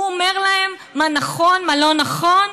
הוא אומר להם מה נכון ומה לא נכון?